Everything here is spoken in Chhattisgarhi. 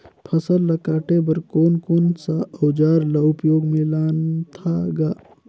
फसल ल काटे बर कौन कौन सा अउजार ल उपयोग में लानथा गा